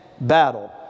battle